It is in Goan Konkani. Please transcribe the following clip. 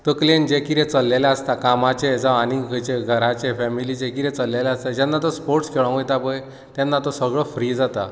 तकलेन जे कितें चलिल्लें आसता कामाचे जावं आनीक खंयचे घराचे फेमिलीचे जे कितें चल्लेले आसा जेन्ना तो स्पोर्ट्स खेळोंक वयता पय तेन्ना तो सगळो फ्री जाता